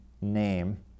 name